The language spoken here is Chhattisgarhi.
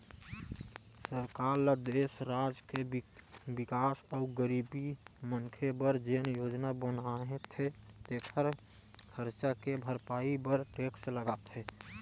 सरकार ल देस, राज के बिकास अउ गरीब मनखे बर जेन योजना बनाथे तेखर खरचा के भरपाई बर टेक्स लगाथे